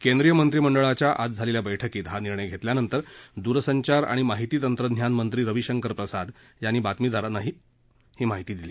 केंद्रीय मंत्रिमंडळाच्या आज झालेल्या बैठकीत हा निर्णय घेतल्यानंतर दूरसंचार आणि माहिती तंत्रज्ञान मंत्री रविशंकर प्रसाद यांनी आज बातमीदारांना ही माहिती दिली